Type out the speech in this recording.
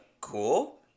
cool